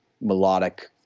melodic